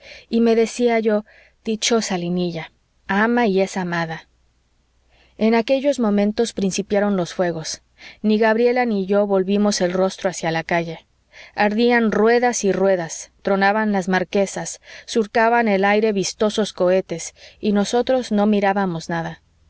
y me decía yo dichosa linilla ama y es amada en aquellos momentos principiaron los fuegos ni gabriela ni yo volvimos el rostro hacia la calle ardían ruedas y ruedas tronaban las marquesas surcaban el aire vistosos cohetes y nosotros no mirábamos nada